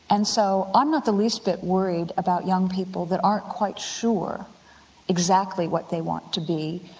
and so i'm not the least bit worried about young people that aren't quite sure exactly what they want to be.